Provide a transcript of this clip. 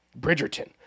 Bridgerton